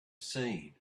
seen